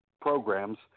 programs